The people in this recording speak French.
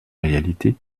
réalité